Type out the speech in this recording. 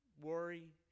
worry